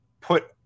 put